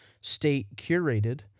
state-curated